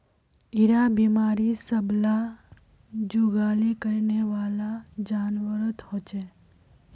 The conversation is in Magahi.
इरा बिमारी सब ला जुगाली करनेवाला जान्वारोत होचे